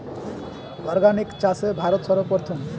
organic চাষে ভারত সর্বপ্রথম